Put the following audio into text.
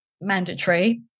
mandatory